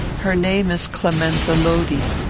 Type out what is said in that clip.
her name is clemenza lodi.